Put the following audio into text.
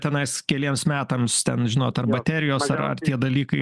tenais keliems metams ten žinot ar baterijos ar tie dalykai